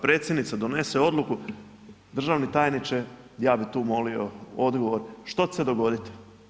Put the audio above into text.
Predsjednica donese odluku, državni tajniče, ja bih tu molio odgovor, što će se dogoditi.